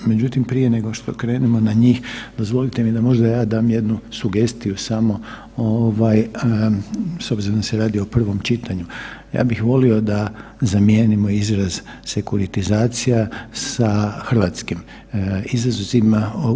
Međutim prije nego što krenemo na njih dozvolite mi da možda ja dam jednu sugestiju samo ovaj s obzirom da se radi o provom čitanju, ja bih volio da zamijenimo izraz sekuratizacija sa hrvatskim izrazima.